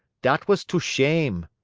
dat was too shame.